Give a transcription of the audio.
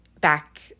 back